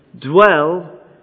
dwell